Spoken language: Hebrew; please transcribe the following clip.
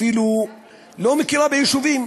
אפילו לא מכירה ביישובים,